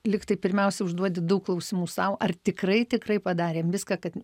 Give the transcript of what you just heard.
lyg tai pirmiausia užduoti daug klausimų sau ar tikrai tikrai padarėm viską kad